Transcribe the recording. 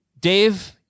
Dave